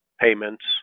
payments